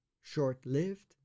short-lived